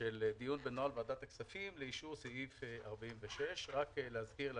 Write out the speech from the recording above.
של דיון ונוהל ועדת הכספים לאישור סעיף 46. רק להזכיר לאנשים,